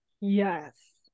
Yes